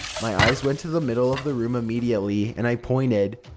my eyes went to the middle of the room immediately, and i pointed.